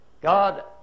God